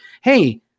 Hey